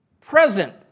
present